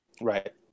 Right